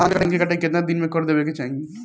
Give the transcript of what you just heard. धान क कटाई केतना दिन में कर देवें कि चाही?